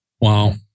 wow